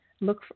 Look